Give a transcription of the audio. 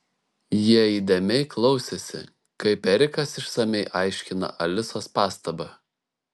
jie įdėmiai klausėsi kaip erikas išsamiai aiškina alisos pastabą